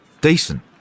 Decent